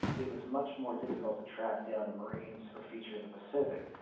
it was much more difficult to track down the marines who are featured in the pacific.